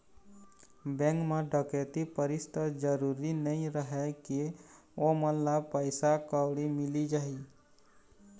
bank म डकैती परिस त जरूरी नइ रहय के ओमन ल पइसा कउड़ी मिली जाही